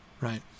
right